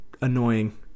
annoying